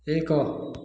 ଏକ